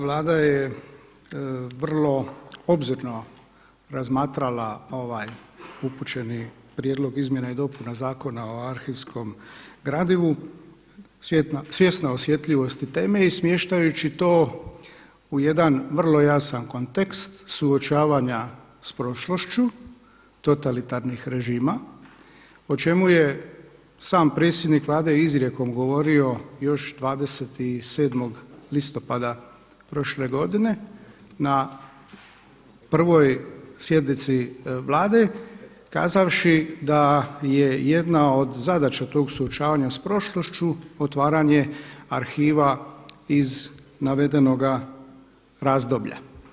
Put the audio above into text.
Vlada je vrlo obzirno razmatrala ovaj upućeni Prijedlog izmjena i dopuna Zakona o arhivskom gradivu, svjesna osjetljivosti teme i smještajući to u jedan vrlo jasan kontekst suočavanja s prošlošću totalitarnih režima o čemu je sam predsjednik Vlade izrijekom govorio još 27. listopada prošle godine na 1. sjednici Vlade kazavši da je jedna od zadaća tog suočavanja sa prošlošću otvaranje arhiva iz navedenoga razdoblja.